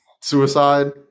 suicide